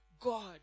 God